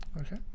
Okay